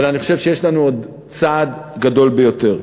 אבל אני חושב שיש לנו עוד צעד גדול ביותר.